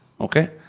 Okay